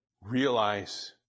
Realize